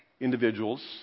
individuals